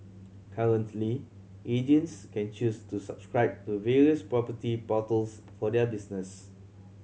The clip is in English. currently agents can choose to subscribe to various property portals for their business